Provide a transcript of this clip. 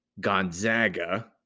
Gonzaga